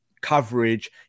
coverage